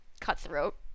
cutthroat